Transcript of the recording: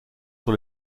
sur